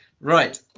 right